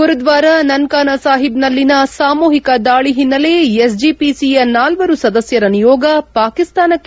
ಗುರುದ್ನಾರ ನನ್ಕಾನಾ ಸಾಹೀಬ್ನಲ್ಲಿನ ಸಾಮೂಹಿಕ ದಾಳಿ ಹಿನೈಲೆ ಎಸ್ಜಿಪಿಸಿಯ ನಾಲ್ನರು ಸದಸ್ನರ ನಿಯೋಗ ಪಾಕಿಸ್ತಾನಕ್ಕೆ ಭೇಟ